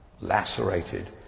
lacerated